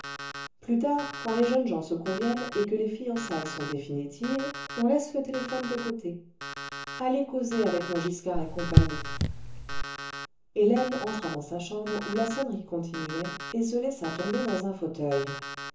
plus tard quand les jeunes gens se conviennent et que les fiançailles sont définitives on laisse le téléphone de côté allez causer avec montgiscard etcle hélène entra dans sa chambre où la sonnerie continuait et se laissa tomber dans un fauteuil